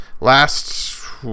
last